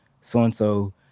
so-and-so